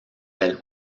del